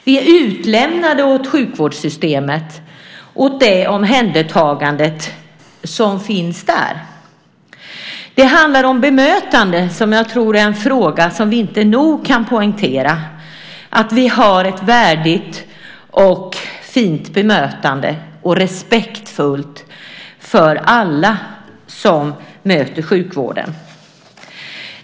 Vi är utlämnade åt sjukvårdssystemet och det omhändertagande som finns där. Det handlar om bemötande, som jag tror är en fråga som vi inte nog kan poängtera, att vi har ett värdigt, fint och respektfullt bemötande av alla som möter sjukvården.